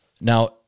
Now